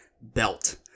belt